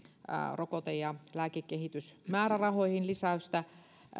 rokote ja lääkekehitysmäärärahoihin